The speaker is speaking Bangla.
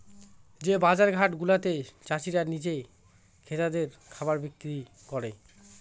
যে বাজার হাট গুলাতে চাষীরা নিজে ক্রেতাদের খাবার বিক্রি করে